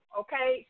okay